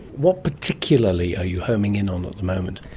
what particularly are you homing in on at the moment?